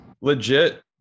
legit